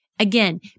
Again